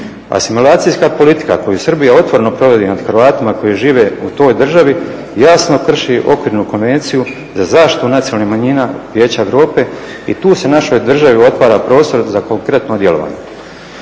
A simulacijska politika koju Srbi otvoreno provode nad Hrvatima koji žive u toj državi jasno krši okvirnu konvenciju za zaštitu nacionalnih manjina Vijeća Europe i tu se našoj državi otvara prostor za konkretno djelovanje.